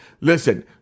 listen